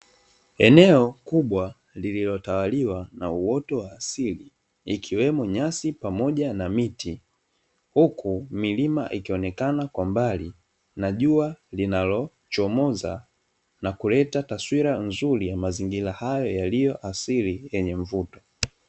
Eneo kubwa lililotawaliwa na uwoto wa asili ikiwemo nyasi pamoja na miti, huku milima ikionekana kwa mbali na jua linalochomoza na kuleta taswira nzuri ya mazingira haya yaliyo ya asili yenye mvuto.